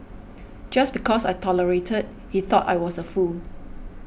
just because I tolerated he thought I was a fool